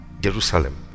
Jerusalem